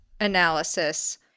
analysis